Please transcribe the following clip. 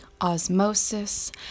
osmosis